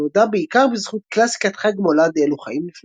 אשר נודע בעיקר בזכות קלאסיקת חג המולד "אלו חיים נפלאים".